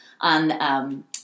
on